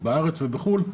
בארץ ובחו"ל,